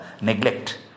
neglect